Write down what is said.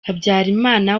habyarimana